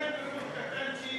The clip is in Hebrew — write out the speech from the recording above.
בוא תיתן פירוט קטנצ'יק